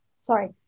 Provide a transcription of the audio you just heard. sorry